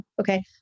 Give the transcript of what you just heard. Okay